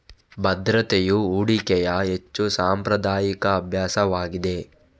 ಭದ್ರತೆಯು ಹೂಡಿಕೆಯ ಹೆಚ್ಚು ಸಾಂಪ್ರದಾಯಿಕ ಅಭ್ಯಾಸವಾಗಿದೆ